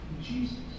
Jesus